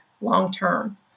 long-term